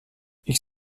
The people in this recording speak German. ich